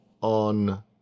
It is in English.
on